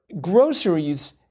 groceries